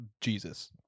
Jesus